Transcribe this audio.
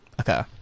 Okay